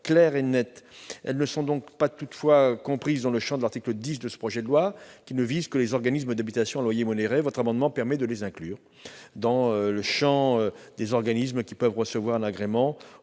clair et précis, ces sociétés ne sont pas comprises dans le champ de l'article 10 du projet de loi, qui ne vise que les organismes d'habitations à loyer modéré. Ces amendements permettent de les inclure dans le champ des organismes qui peuvent recevoir un agrément,